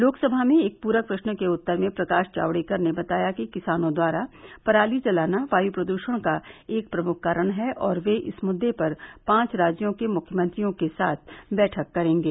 लोकसभा में एक पूरक प्रश्न के उत्तर में प्रकाश जावड़ेकर ने बताया कि किसानों द्वारा पराली जलाना वायु प्रदृषण का एक प्रमुख कारण है और वे इस मुद्दे पर पांच राज्यों के मुख्यमंत्रियों के साथ बैठक करेंगे